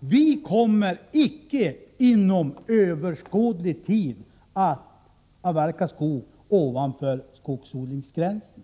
Vi kommer icke inom överskådlig tid att avverka skog ovanför skogsodlings gränsen.